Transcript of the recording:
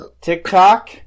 TikTok